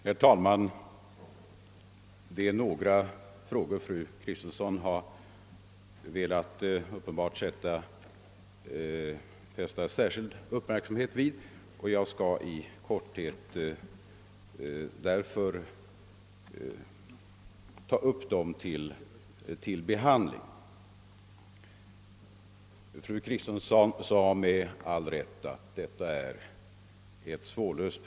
Herr talman! Fru Kristensson har uppenbarligen särskilt velat fästa uppmärksamheten på några frågor, och jag skall därför i korthet ta upp dem till behandling. Detta är ett svårlöst problem, sade fru Kristensson med all rätt.